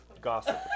Gossip